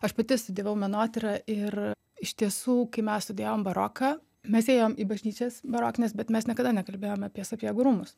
aš pati studijavau menotyrą ir iš tiesų kai mes studijavom baroką mes ėjom į bažnyčias barokines bet mes niekada nekalbėjome apie sapiegų rūmus